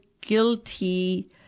guilty